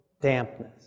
dampness